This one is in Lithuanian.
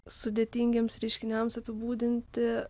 sudėtingiems reiškiniams apibūdinti